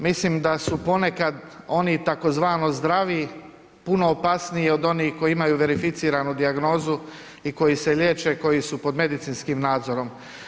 Mislim da su ponekad oni tzv. zdravi puno opasniji od onih koji imaju verificiranu dijagnozu i koji se liječe, koji su pod medicinskim nadzorom.